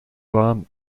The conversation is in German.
war